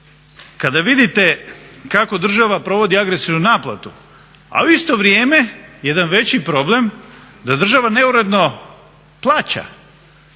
kada vidite kako država provodi agresivnu naplatu, a u isto vrijeme jedan veći problem da država neuredno plaća.